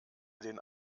den